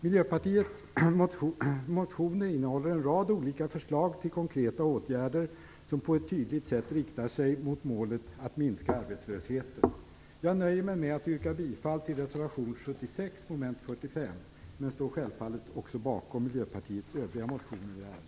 Miljöpartiets motioner innehåller en rad olika förslag till konkreta åtgärder som på ett tydligt sätt riktar sig mot målet att minska arbetslösheten. Jag nöjer mig med att yrka bifall till reservation 76 mom. 45 men står självfallet bakom Miljöpartiets övriga motioner i ärendet.